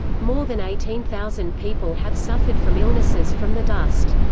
more than eighteen thousand people have suffered from illnesses from the dust.